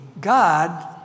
God